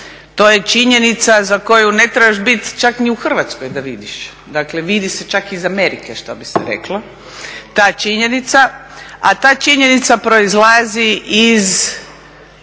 To je činjenica za koju ne trebaš biti čak ni u Hrvatskoj da vidiš, dakle vidi se čak iz Amerike što bi se reklo, ta činjenica. A ta činjenica proizlazi iz